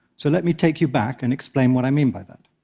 so let me take you back and explain what i mean by that.